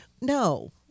No